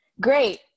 great